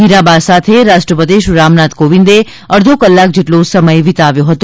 હીરાબા સાથે રાષ્ટ્રપતિ શ્રી રામનાથ કોવિંદે અડધો કલાક જેટલો સમય વિતાવ્યો હતો